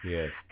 Yes